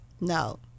No